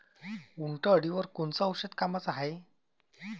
उंटअळीवर कोनचं औषध कामाचं हाये?